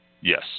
Yes